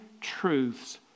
truths